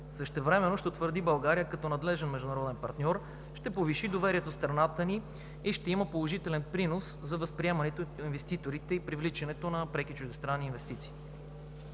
Същевременно ще утвърди България като надлежен международен партньор, ще повиши доверието в страната ни и ще има положителен принос за възприемането ни от инвеститорите и привличането на преки чуждестранни инвестиции.